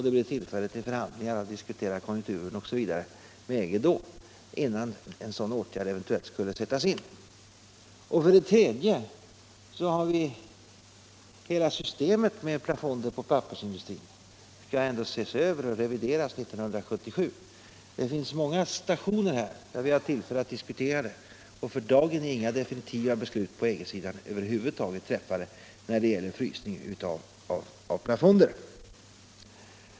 Det blir tillfälle till ytterligare kontakter, diskussion om konjunkturen osv. innan en sådan åtgärd eventuellt vidtas. För det tredje skall ändå hela systemet med plafonder för pappersindustrin ses över och revideras 1977. Det blir alltså många stationer där vi har tillfälle att diskutera detta. För dagen är över huvud taget inga definitiva beslut på EG-håll träffade när det gäller en frysning av plafonder.